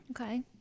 Okay